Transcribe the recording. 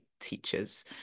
Teachers